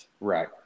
Right